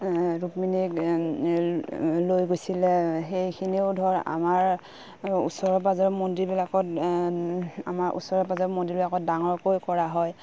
ৰুক্মিণীক লৈ গৈছিলে সেইখিনিও ধৰ আমাৰ ওচৰ পাঁজৰ মন্দিৰবিলাকত আমাৰ ওচৰৰে পাঁজৰে মন্দিৰবিলাকত ডাঙৰকৈ কৰা হয়